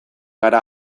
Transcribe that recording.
gara